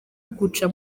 guca